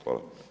Hvala.